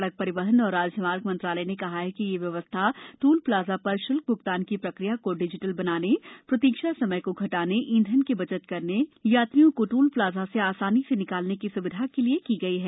सडक परिवहन और राजमार्ग मंत्रालय ने कहा है कि यह व्यवस्था टोल प्लाजा पर श्ल्क भ्गतान की प्रक्रिया को डिजिटल बनानेए प्रतीक्षा समय को घटानेए ईंधन की बचत करने और यात्रियों को टोल प्लाजा से आसानी से निकलने की स्विधा के लिए की गई है